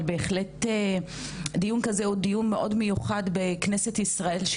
אבל בהחלט דיון כזה הוא דיון מאוד מיוחד בכנסת ישראל,